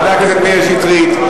חבר הכנסת מאיר שטרית.